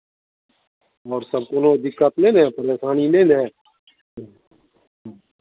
आओरसभ कोनो दिक्कत नहि ने परेशानी नहि ने ह्म्म